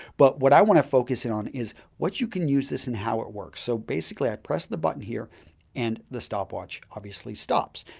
but, what i want to focus in on is what you can use this and how it works. so, basically i press the button here and the stopwatch obviously stops.